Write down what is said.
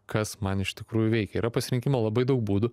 kas man iš tikrųjų veikia yra pasirinkimo labai daug būdų